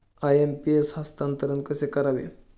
IMPS हस्तांतरण कसे करावे?